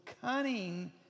cunning